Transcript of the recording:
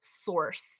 source